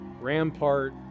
Rampart